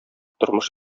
тормыш